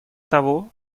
того